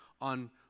on